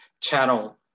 channel